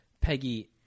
Peggy